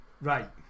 Right